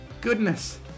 Goodness